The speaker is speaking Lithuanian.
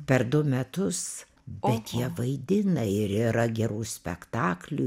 per du metus bet jie vaidina ir yra gerų spektaklių